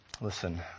Listen